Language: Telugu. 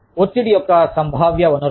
ఒత్తిడి యొక్క సంభావ్య వనరులు